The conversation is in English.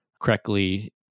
correctly